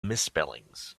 misspellings